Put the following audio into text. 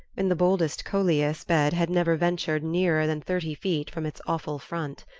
and the boldest coleus bed had never ventured nearer than thirty feet from its awful front.